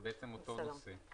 זה בעצם אותו נושא.